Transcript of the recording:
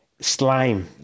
slime